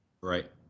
Right